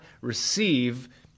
receive